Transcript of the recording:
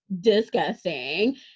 disgusting